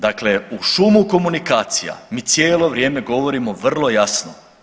Dakle, u šumu komunikacija mi cijelo vrijeme govorimo vrlo jasno.